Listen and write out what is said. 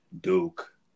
duke